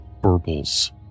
burbles